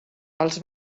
els